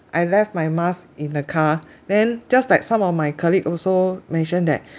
I left my mask in the car then just like some of my colleague also mention that